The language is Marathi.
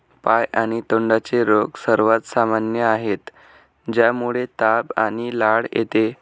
पाय आणि तोंडाचे रोग सर्वात सामान्य आहेत, ज्यामुळे ताप आणि लाळ येते